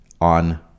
on